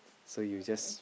so you just